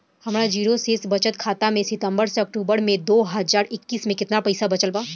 हमार जीरो शेष बचत खाता में सितंबर से अक्तूबर में दो हज़ार इक्कीस में केतना पइसा बचल बा?